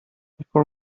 before